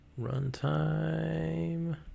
Runtime